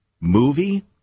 movie